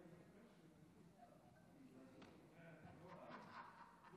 אדוני היושב-ראש, חברי הכנסת,